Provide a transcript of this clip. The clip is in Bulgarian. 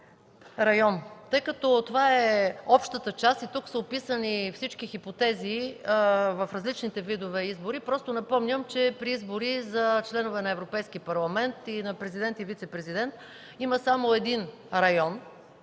район (район)”. Това е общата част и тук са описани всички хипотези в различните видове избори. Просто напомням, че при избори за членове на Европейски парламент и на президент и вицепрезидент има само един район,